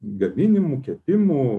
gaminimu kepimu